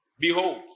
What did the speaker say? Behold